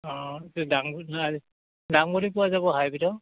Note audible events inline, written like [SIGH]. অঁ [UNINTELLIGIBLE] ডাংবডী পোৱা যাব হাইব্ৰীডৰ